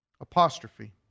apostrophe